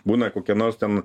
būna kokia nors ten